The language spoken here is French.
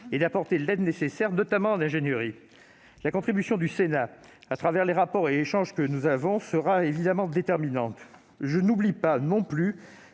et d'apporter l'aide nécessaire, notamment en matière d'ingénierie. La contribution du Sénat, au travers de ses travaux et des échanges que nous avons, sera évidemment déterminante. Je n'oublie pas non plus